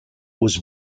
was